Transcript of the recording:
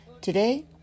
Today